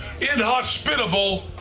inhospitable